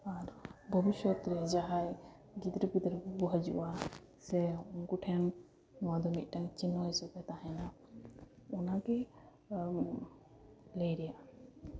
ᱟᱨ ᱵᱷᱚᱵᱤᱥᱥᱚᱛ ᱨᱮ ᱡᱟᱦᱟᱸᱭ ᱜᱤᱫᱽᱨᱟᱹ ᱯᱤᱫᱽᱨᱟᱹ ᱠᱚ ᱠᱚ ᱦᱤᱡᱩᱜᱼᱟ ᱥᱮ ᱩᱝᱠᱩᱴᱷᱮᱱ ᱱᱚᱶᱟ ᱫᱚ ᱢᱤᱜᱴᱟᱝ ᱪᱤᱱᱦᱚ ᱦᱤᱥᱟᱹᱵ ᱛᱮ ᱛᱟᱦᱮᱸᱱᱟ ᱚᱱᱟᱜᱮ ᱞᱟᱹᱭ ᱨᱮᱭᱟᱜ